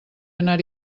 anar